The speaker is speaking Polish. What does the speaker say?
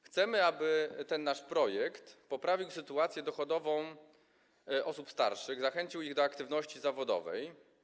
Chcemy, aby ten nasz projekt poprawił sytuację dochodową osób starszych, zachęcił ich do aktywności zawodowej.